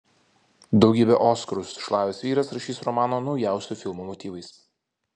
daugybę oskarų susišlavęs vyras rašys romaną naujausio filmo motyvais